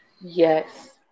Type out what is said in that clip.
Yes